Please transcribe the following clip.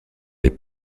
les